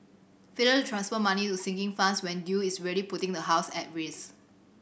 failure to transfer money to sinking funds when due is really putting the house at risk